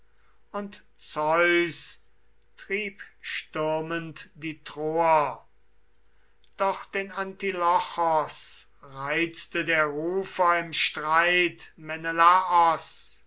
und zeus trieb stürmend die troer doch den antilochos reizte der rufer im streit menelaos